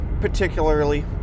particularly